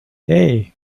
hey